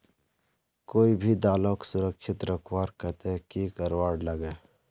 कोई भी दालोक सुरक्षित रखवार केते की करवार लगे?